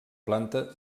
planta